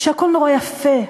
שהכול נורא יפה,